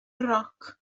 roc